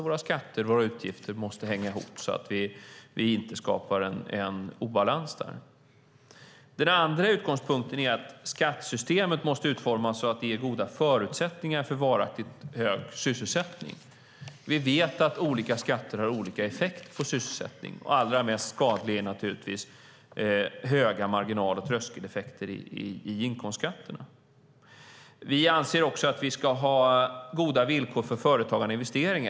Våra skatter och våra utgifter måste hänga ihop så att vi inte skapar en obalans. Den andra utgångspunkten är att skattesystemet måste utformas så att det ger goda förutsättningar för varaktigt hög sysselsättning. Vi vet att olika skatter har olika effekt på sysselsättning. Allra mest skadligt är naturligtvis höga marginal och tröskeleffekter i inkomstskatterna. Vi anser också att vi ska ha goda villkor för företagande och investeringar.